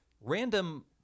random